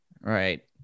Right